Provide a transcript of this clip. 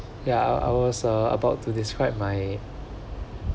ya I I was uh about to describe my